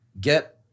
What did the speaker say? get